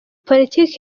politiki